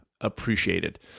appreciated